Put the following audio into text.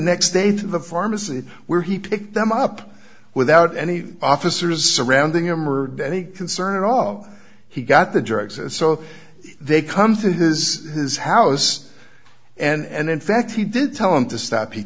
next day to the pharmacy where he picked them up without any officers surrounding him or any concern at all he got the drugs and so they come to his his house and in fact he did tell him to stop he